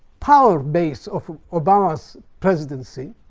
power base of obama's presidency,